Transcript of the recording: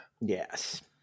yes